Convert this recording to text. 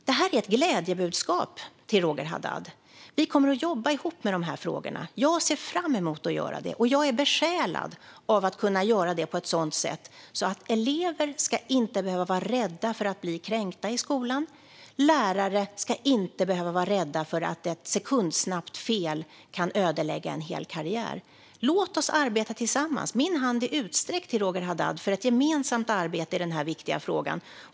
Detta är ett glädjebudskap till Roger Haddad. Vi kommer att jobba ihop med de här frågorna. Jag ser fram emot att göra det. Jag är besjälad av att kunna göra det på ett sådant sätt att elever inte ska behöva vara rädda för att bli kränkta i skolan och lärare inte ska behöva vara rädda för att ett sekundsnabbt fel kan ödelägga en hel karriär. Låt oss arbeta tillsammans. Min hand är utsträckt till Roger Haddad för ett gemensamt arbete i den här viktiga frågan.